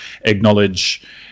acknowledge